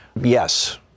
yes